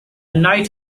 night